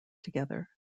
together